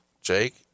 Jake